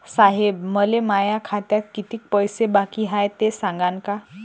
साहेब, मले माया खात्यात कितीक पैसे बाकी हाय, ते सांगान का?